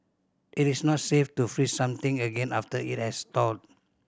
it is not safe to freeze something again after it has thawed